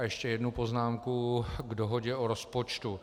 Ještě jednu poznámku k dohodě o rozpočtu.